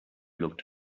looked